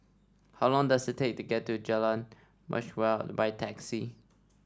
how long does it take to get to Jalan by taxi